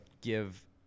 give